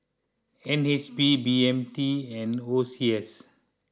N H B B M T and O C S